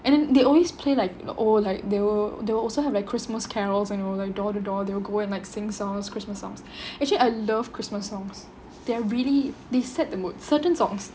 and then they always play like oh like they will they will also have like christmas carols you know door to door they will go and like sing songs christmas songs actually I love christmas songs they really they set the mood certain songs